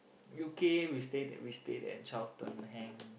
U_K we stay stay there child turn hang